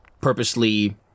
purposely